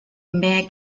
mayor